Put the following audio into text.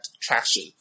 traction